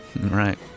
right